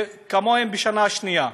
וכמוהם בשנה השנייה.